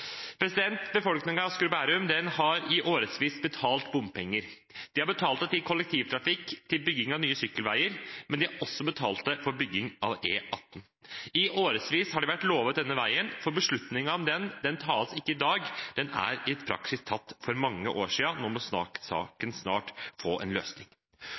og Bærum har i årevis betalt bompenger. De har betalt det til kollektivtrafikk, til bygging av nye sykkelveier, men de har også betalt det for bygging av E18. I årevis har de vært lovet denne veien, for beslutningen om den tas ikke i dag; den er i praksis tatt for mange år siden. Nå må saken snart få en løsning.